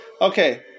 Okay